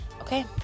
Okay